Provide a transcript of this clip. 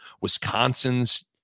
Wisconsin's